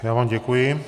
Já vám děkuji.